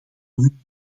hun